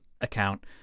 account